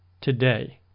today